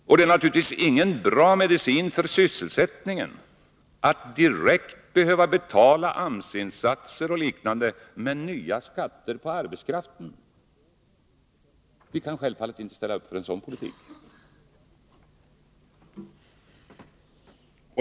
För det är givetvis ingen bra medicin för sysselsättningen att direkt behöva betala AMS-insatser och liknande med nya skatter på arbetskraften. Vi kan självfallet inte ställa upp på en sådan politik.